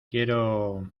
quiero